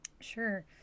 Sure